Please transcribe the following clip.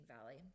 Valley